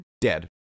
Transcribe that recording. dead